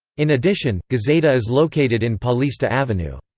in addition, gazeta is located in paulista avenue.